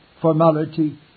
formality